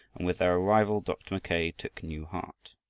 with their arrival dr. mackay took new heart.